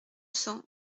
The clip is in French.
cents